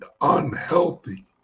unhealthy